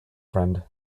friend